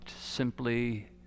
simply